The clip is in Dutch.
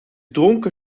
dronken